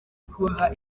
kubaha